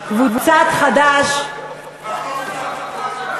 יושב-ראש ועדת